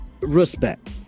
respect